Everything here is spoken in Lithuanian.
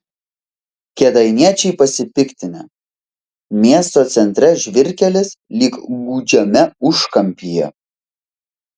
kėdainiečiai pasipiktinę miesto centre žvyrkelis lyg gūdžiame užkampyje